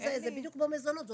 זה בדיוק כמו מזונות.